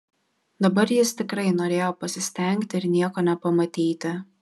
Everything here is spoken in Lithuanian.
dabar jis tikrai norėjo pasistengti ir nieko nepamatyti